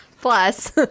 Plus